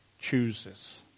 chooses